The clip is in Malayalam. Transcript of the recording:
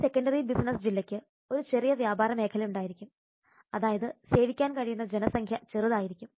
ഒരു സെക്കൻഡറി ബിസിനസ് ജില്ലയ്ക്ക് ഒരു ചെറിയ വ്യാപാര മേഖല ഉണ്ടായിരിക്കും അതായത് സേവിക്കാൻ കഴിയുന്ന ജനസംഖ്യ ചെറുതായിരിക്കും